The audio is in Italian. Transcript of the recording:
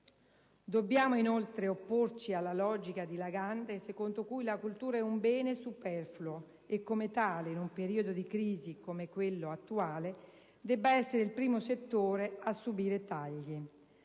Dobbiamo inoltre opporci alla logica dilagante secondo cui la cultura è un bene superfluo e, come tale, in un periodo di crisi come quello attuale, il primo settore a subire dei tagli.